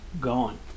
gone